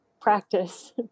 practice